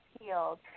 healed